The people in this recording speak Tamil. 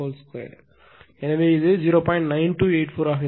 9284 ஆகும்